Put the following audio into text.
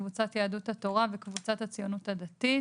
קבוצת יהדות התורה וקבוצת הציונות הדתית: